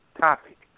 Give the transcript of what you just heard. topic